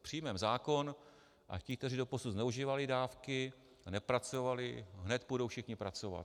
Přijmeme zákon a ti, kteří doposud zneužívali dávky a nepracovali, hned půjdou všichni pracovat.